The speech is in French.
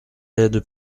aide